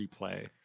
replay